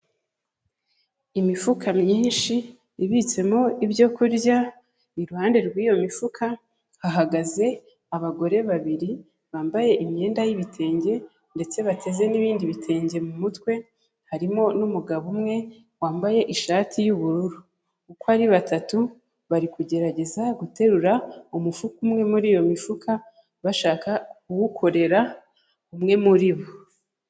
Imifuka myinshi ibitsemo ibyo kurya, iruhande rw'iyo mifuka hahagaze abagore babiri bambaye imyenda y'ibitenge, ndetse bateze n'ibindi bitenge mu mutwe, harimo n'umugabo umwe wambaye ishati y'ubururu, uko ari batatu bari kugerageza guterura umufuka umwe muri iyo mifuka, bashaka kuwukorera umwe muri bo.